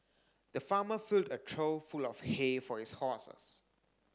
the farmer filled a trough full of hay for his horses